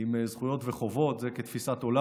עם זכויות וחובות, זה, כתפיסת עולם.